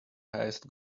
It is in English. highest